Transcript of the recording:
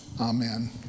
Amen